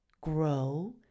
grow